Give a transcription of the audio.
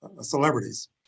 celebrities